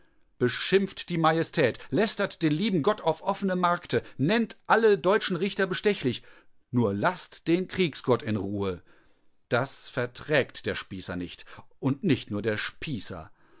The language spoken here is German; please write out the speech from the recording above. beschimpft die majestät lästert den lieben gott auf offenem markte nennt alle deutschen richter bestechlich nur laßt den kriegsgott in ruhe das verträgt der spießer nicht und nicht nur der spießer